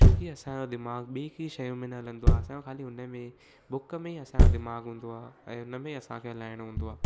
छो की असांजो दिमाग़ ॿिए कंहिं शयुनि में न हलंदो आहे असांजो ख़ाली उनमें बुक में ई असां दिमाग़ हूंदो आहे ऐं उनमें असांखे हलाइणो हूंदो आहे